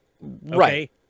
Right